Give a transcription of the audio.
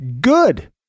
Good